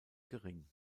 gering